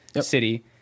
city